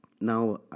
now